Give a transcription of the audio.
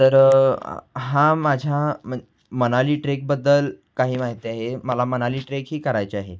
तर हा माझ्या मन मनाली ट्रेकबद्दल काही माहिती आहे मला मनाली ट्रेकही करायचे आहे